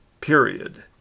period